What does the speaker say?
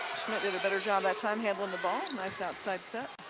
schmitt did a better job that time handling the ball, nice outside set.